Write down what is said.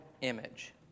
image